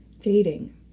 dating